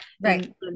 Right